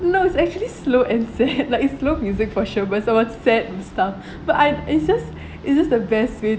no it's actually slow and sad like it's slow music for sure but it's about sad stuff but I it's just it's just the best way